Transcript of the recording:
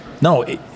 no